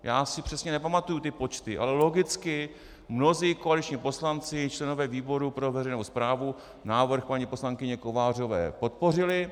Já si přesně nepamatuji ty počty, ale logicky, mnozí koaliční poslanci i členové výboru pro veřejnou správu návrh paní poslankyně Kovářové podpořili.